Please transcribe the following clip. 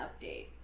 update